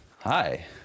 Hi